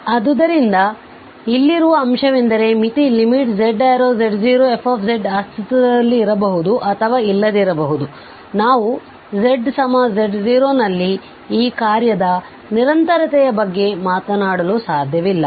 ಆದ್ದರಿಂದ ಇಲ್ಲಿರುವ ಅಂಶವೆಂದರೆ ಮಿತಿ z→z0fz ಅಸ್ತಿತ್ವದಲ್ಲಿರಬಹುವುದು ಅಥವಾ ಇಲ್ಲದಿರಬಹುದು ನಾವು zz0 ನಲ್ಲಿ ಈ ಕಾರ್ಯದ ನಿರಂತರತೆಯ ಬಗ್ಗೆ ಮಾತನಾಡಲು ಸಾಧ್ಯವಿಲ್ಲ